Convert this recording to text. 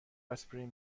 آسپرین